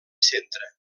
centre